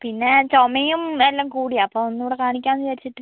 പിന്നെ ചുമയും എല്ലാം കൂടെ കൂടി അപ്പോൾ ഒന്നൂടെ കാണിക്കാമെന്ന് വിചാരിച്ചിട്ട്